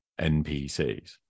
NPCs